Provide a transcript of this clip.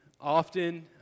often